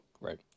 right